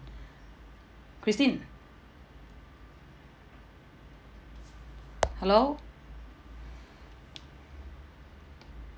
christine hello